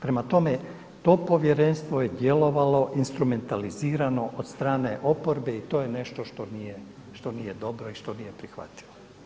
Prema tome, to povjerenstvo je djelovalo instrumentalizirano od strane oporbe i to je nešto što nije dobro i što nije prihvatljivo.